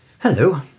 Hello